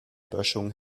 böschung